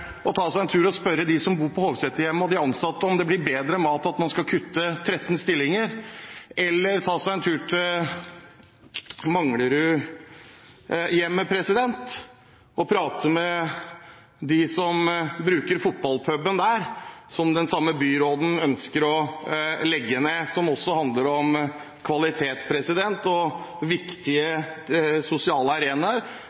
og ta en tur til Hovseterhjemmet. Der kan han og hans egen partifelle eldrebyråden – eller hun som kanskje egentlig ville kalt seg «eldreminister» i Oslo – spørre dem som bor på Hovseterhjemmet og de ansatte om det blir bedre mat av å kutte 13 stillinger. Eller de kan ta seg en tur til Manglerudhjemmet og prate med dem som bruker fotballpuben der, som den samme byråden ønsker å legge